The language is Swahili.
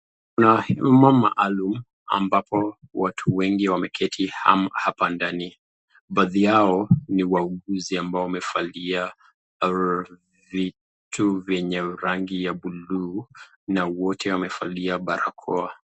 Mahali maalum ambapo watu wengi wameketi hapa ndani baadhi yao ni wauguzi ambao wamevalia vitu vyenye rangi ya buluu na wote wamevalia barakoa.